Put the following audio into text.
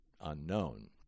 unknown